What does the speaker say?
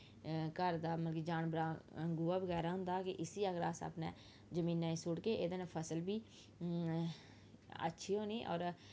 घर दा मतलब कि जानवरें दा गोहा बगैरा होंदा कि इसी अगर अस अपनी जमीनै च सुटगे एह्दे ने फसल बी अच्छी होनी होर